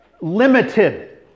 limited